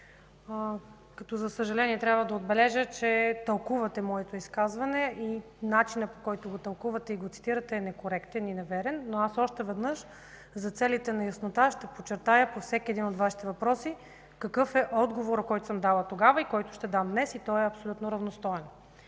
За съжаление трябва да отбележа, че тълкувате моето изказване и начина, по който го тълкувате и го цитирате, е некоректен и неверен. Но аз още веднъж за целите на яснотата ще подчертая по всеки един от Вашите въпроси какъв е отговорът, който съм дала тогава и който ще дам днес, и той е абсолютно равностоен.